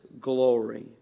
glory